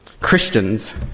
Christians